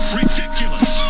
ridiculous